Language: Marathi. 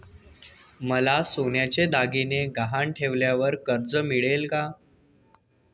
मला सोन्याचे दागिने गहाण ठेवल्यावर कर्ज मिळेल का?